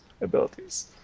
Abilities